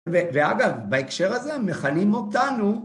ואגב, בהקשר הזה מכנים אותנו.